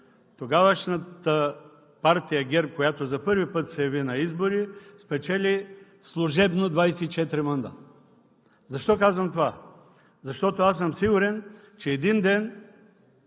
тогавашната партия ГЕРБ, която за първи път се яви на избори, спечели служебно 24 мандата. Защо казвам това? Защото съм сигурен, че един ден,